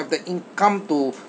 have the income to